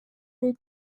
did